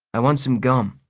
i want some gum.